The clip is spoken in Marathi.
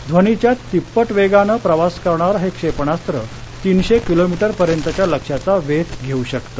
ध्वनीच्या तिप्पट वेगानं प्रवास करणारं हे क्षेपणास्त्र तीनशे किलोमीटर पर्यंतच्या लक्ष्याचा वेध घेऊ शकतं